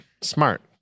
Smart